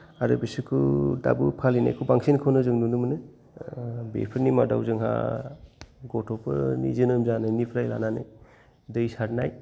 आरो बिसोरखौ दाबो फालिनायखौ बांसिनखौनो जों नुनो मोनो बेफोरनि मादाव जोंहा गथ'फोरनि जोनोम जानायनिफ्राय लानानै दै सारनाय